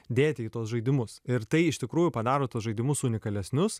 dėti į tuos žaidimus ir tai iš tikrųjų padaro tuos žaidimus unikalesnius